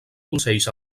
consells